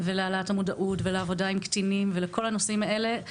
ולהעלאת המודעות ולעבודה עם קטינים ולכל הנושאים האלה.